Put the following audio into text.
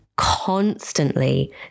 constantly